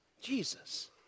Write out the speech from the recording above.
Jesus